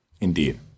Indeed